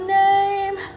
name